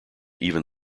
even